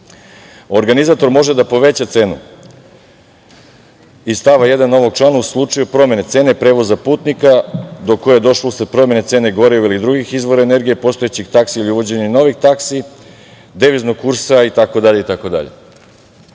Organizator može da poveća cenu iz stava 1. ovog člana u slučaju promene cene prevoza putnika do koje je došlo usled promene cene goriva ili drugih izvora energije, postojećih taksi ili uvođenjem novih taksi, deviznog kursa itd. To